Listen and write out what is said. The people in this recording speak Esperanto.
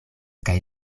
kaj